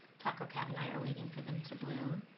taco cat and i are waiting for them to bloom.